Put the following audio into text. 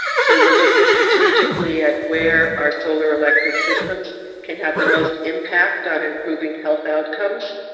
so we're looking strategically at where our solar electric systems can have the most impact on improving health outcomes